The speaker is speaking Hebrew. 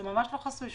זה ממש לא חסוי.